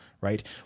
right